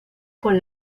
con